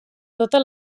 tota